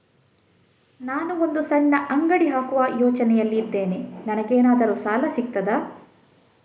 ನಾನು ಒಂದು ಸಣ್ಣ ಅಂಗಡಿ ಹಾಕುವ ಯೋಚನೆಯಲ್ಲಿ ಇದ್ದೇನೆ, ನನಗೇನಾದರೂ ಸಾಲ ಸಿಗ್ತದಾ?